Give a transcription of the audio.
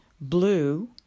blue